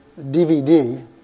DVD